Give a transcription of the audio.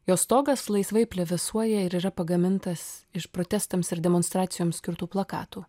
jo stogas laisvai plevėsuoja ir yra pagamintas iš protestams ir demonstracijoms skirtų plakatų